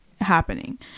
happening